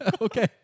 Okay